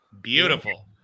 Beautiful